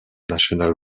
national